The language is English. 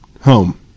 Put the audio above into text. home